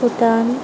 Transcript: Bhutan